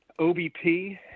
OBP